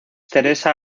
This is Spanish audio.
teresa